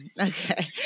Okay